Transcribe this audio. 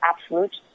absolute